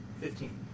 fifteen